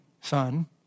son